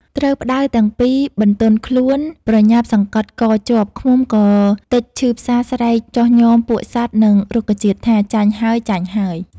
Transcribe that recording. ត្រូវផ្តៅទាំងពីរបន្ទន់ខ្លួន ប្រញាប់សង្កត់កជាប់ ឃ្មុំក៏ទិចឈឺផ្សាស្រែកចុះញ៉មពួកសត្វនិងរុក្ខជាតិថា “ ចាញ់ ហើយៗ ! ”។